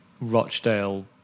Rochdale